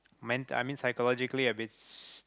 meant I mean phycologically a bit